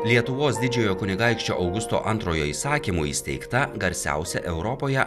lietuvos didžiojo kunigaikščio augusto antrojo įsakymu įsteigta garsiausia europoje